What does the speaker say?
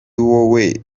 wowe